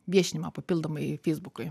viešinimą papildomai feisbukui